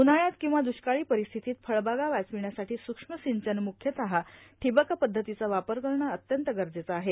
उन्हाळ्यात किंवा दृष्काळी परिस्थितीत फळबागा वाचविण्यासाठी सुक्ष्म सिंचन मुख्यतः ठिबक पध्दतीचा वापर करणे अत्यंत गरजेचं आहे